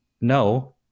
no